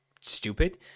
stupid